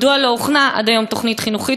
מדוע לא הוכנה עד היום תוכנית חינוכית,